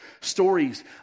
Stories